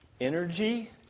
energy